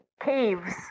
caves